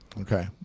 Okay